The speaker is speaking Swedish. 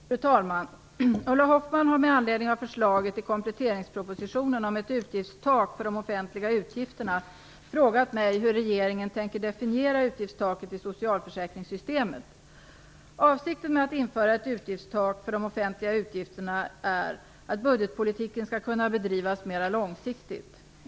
Fru talman! Ulla Hoffmann har, med anledning av förslaget i kompletteringspropositionen om ett utgiftstak för de offentliga utgifterna, frågat mig hur regeringen tänker definiera utgiftstaket i socialförsäkringssystemet. Avsikten med att införa ett utgiftstak för de offentliga utgifterna är att budgetpolitiken skall kunna bedrivas mera långsiktigt.